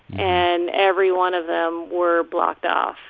and every one of them were blocked off.